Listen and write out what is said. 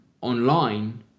online